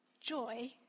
joy